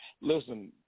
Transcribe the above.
listen